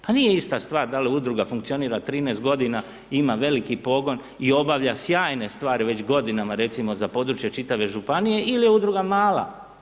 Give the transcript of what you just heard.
Pa nije ista stvar da li udruga funkcionira 13 g., ima veliki pogon i obavlja sjajne stvari već godinama recimo za područje čitave županije ili je udruga mala.